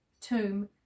tomb